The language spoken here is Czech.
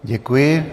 Děkuji.